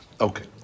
Okay